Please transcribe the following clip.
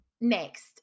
next